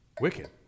wicked